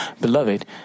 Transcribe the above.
Beloved